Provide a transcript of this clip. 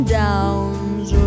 downs